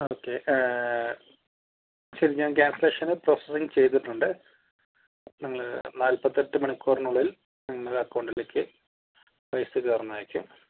okay ശരി ഞാൻ ക്യാൻസലേഷന് പ്രോസസ്സിംഗ് ചെയ്തിട്ടുണ്ട് നിങ്ങൾ നാൽപത്തിയെട്ട് മണിക്കൂറിനുള്ളിൽ നിങ്ങളുടെ അക്കൗണ്ടിലേക്ക് പൈസ കയറുന്നതായിരിക്കും